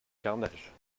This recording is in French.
carnage